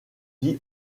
dit